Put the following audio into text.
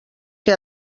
que